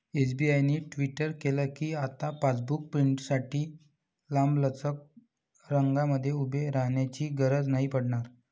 SBI ने tweet केल कीआता पासबुक प्रिंटींगसाठी लांबलचक रंगांमध्ये उभे राहण्याची गरज नाही पडणार